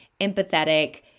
empathetic